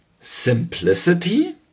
simplicity